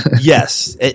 yes